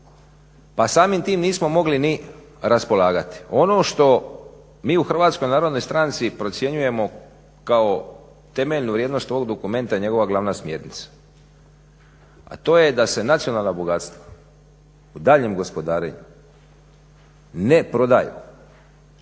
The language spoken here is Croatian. pa samim tim nismo mogli ni raspolagati. Ono što mi u HNS-u procjenjujemo kao temeljnu vrijednost ovog dokumenta je njegova glavna smjernica, a to je da se nacionalna bogatstva u daljnjem gospodarenju ne prodaju